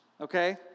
okay